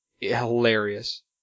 hilarious